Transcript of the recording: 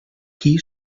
qui